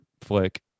flick